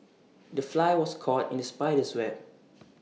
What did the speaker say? the fly was caught in the spider's web